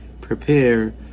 prepare